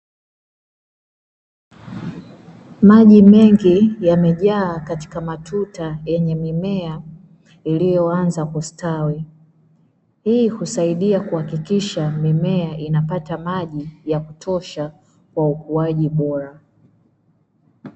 Maji mengi yamejaa katika matuta yenye mimea iliyoanza kustawi. Hii husaidia kuhakikisha mimea inapata maji ya kutosha kwa ukuaji bora.